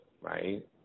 right